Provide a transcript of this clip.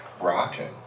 rocking